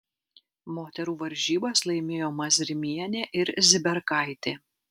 moterų varžybas laimėjo mazrimienė ir ziberkaitė